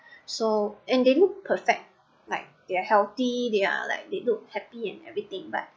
so and then perfect like they're healthy they are like they look happy and everything but